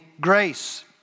grace